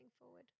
forward